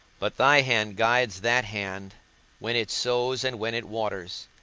but thy hand guides that hand when it sows and when it waters,